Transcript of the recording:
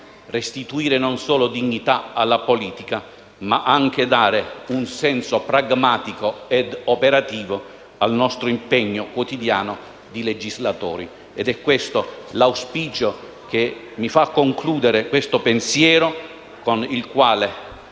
restituire non solo dignità alla politica ma anche dare un senso pragmatico e operativo al nostro impegno quotidiano di legislatori. È questo l'auspicio che mi fa concludere questo pensiero, con il quale